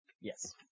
Yes